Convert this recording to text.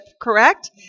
Correct